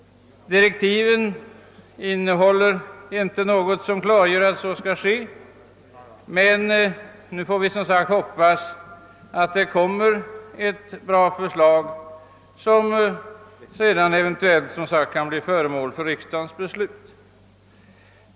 Direk tiven innehåller inte något som klargör att så skall ske, men nu får vi hoppas att det kommer ett bra förslag som sedan eventuellt kan bli föremål för riksdagens beslut.